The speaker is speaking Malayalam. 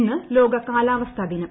ഇന്ന് ലോക കാലാവസ്ഥാ ദിനം